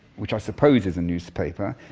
which i suppose is a newspaper,